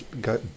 go